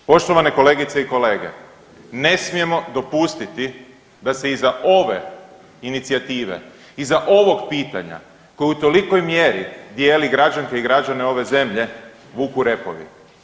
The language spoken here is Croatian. Poštovane kolegice i kolege, ne smijemo dopustiti da se iza ove inicijative, iza ovog pitanja koju u tolikoj mjeri dijeli građanke i građane ove zemlje vuku repovi.